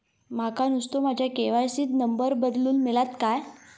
माका नुस्तो माझ्या के.वाय.सी त नंबर बदलून मिलात काय?